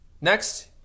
Next